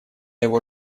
его